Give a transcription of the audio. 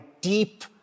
deep